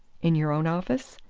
in your own office?